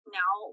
now